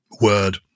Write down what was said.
word